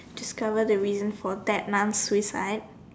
discover the reasons for that Nun suicide